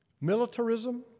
Militarism